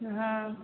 हँ